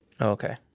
Okay